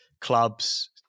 clubs